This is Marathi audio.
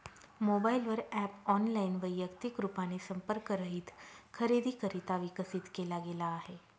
मोबाईल वर ॲप ऑनलाइन, वैयक्तिक रूपाने संपर्क रहित खरेदीकरिता विकसित केला गेला आहे